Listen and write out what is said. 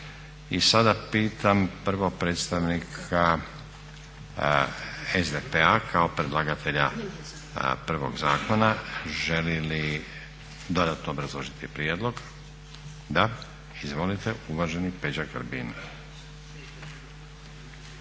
I sada pitam prvo predstavnika SDP-a kao predlagatelja prvo zakona želi li dodatno obrazložiti prijedlog? Da. Izvolite uvaženi Peđa Grbin.